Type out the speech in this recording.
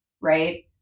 right